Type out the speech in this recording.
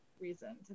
reason